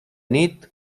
nit